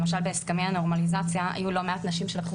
למשל בהסכמי הנורמליזציה היו לא מעט נשים שלקחו